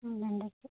bandage ᱠᱮᱫ